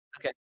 Okay